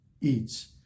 eats